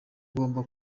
ugomba